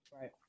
Right